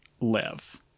live